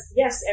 yes